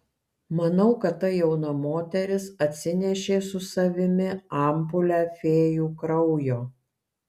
manau kad ta jauna moteris atsinešė su savimi ampulę fėjų kraujo